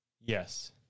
yes